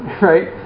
right